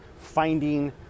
finding